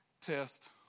test